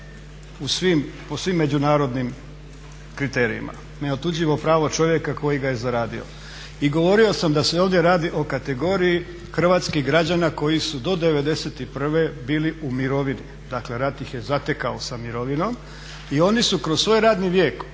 pravo u svim međunarodnim kriterijima, neotuđivo pravo čovjeka koji ga je zaradio. I govorio sam da se ovdje radi o kategoriji hrvatskih građana koji su do '91. bili u mirovini, dakle rat ih je zatekao sa mirovinom. I oni su kroz svoj radni vijek